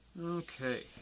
Okay